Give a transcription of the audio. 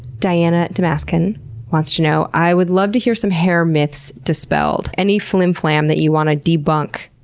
diana damascan wants to know i would love to hear some hair myths dispelled. any flim-flam that you want to debunk?